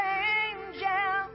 angel